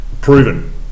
Proven